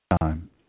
time